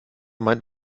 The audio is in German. meint